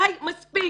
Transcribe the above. די, מספיק.